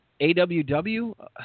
AWW